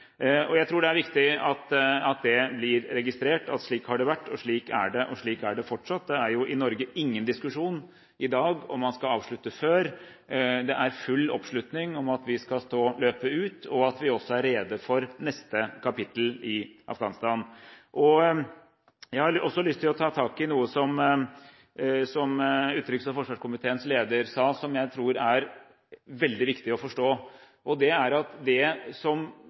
ute. Jeg tror det er viktig at det blir registrert, at slik har det vært, slik er det, og slik er det fortsatt. Det er i Norge ingen diskusjon i dag om man skal avslutte før. Det er full oppslutning om at vi skal stå løpet ut, og at vi også er rede for neste kapittel i Afghanistan. Jeg har også lyst til å ta tak i noe som utenriks- og forsvarskomiteens leder sa som jeg tror er veldig viktig å forstå. Det er at det som